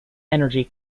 energy